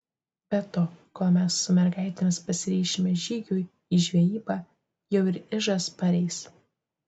be to kol mes su mergaitėmis pasiryšime žygiui į žvejybą jau ir ižas pareis